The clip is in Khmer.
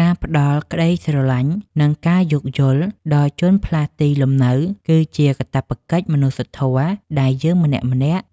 ការផ្តល់ក្តីស្រឡាញ់ និងការយោគយល់ដល់ជនផ្លាស់ទីលំនៅគឺជាកាតព្វកិច្ចមនុស្សធម៌ដែលយើងម្នាក់ៗ